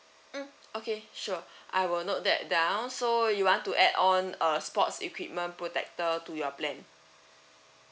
mm okay sure I will note that down so you want to add on a sports equipment protector to your plan